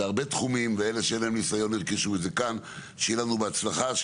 לפני שנעבור להצבעה אתה בטח לא זוכר,